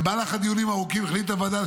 במהלך הדיונים הארוכים החליטה הוועדה על